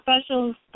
specials